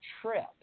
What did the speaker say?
Trip